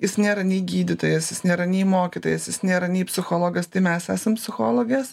jis nėra nei gydytojas jis nėra nei mokytojas jis nėra nei psichologas tai mes esam psichologės